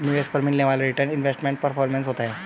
निवेश पर मिलने वाला रीटर्न इन्वेस्टमेंट परफॉरमेंस होता है